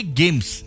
games